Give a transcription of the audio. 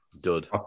dud